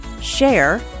share